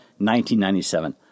1997